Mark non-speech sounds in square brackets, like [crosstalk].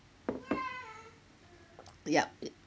[noise] yup